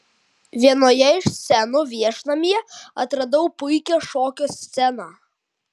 vienoje iš scenų viešnamyje atradau puikią šokio sceną